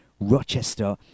Rochester